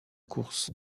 course